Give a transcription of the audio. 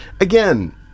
again